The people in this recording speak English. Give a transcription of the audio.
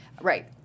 Right